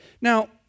Now